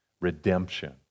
redemption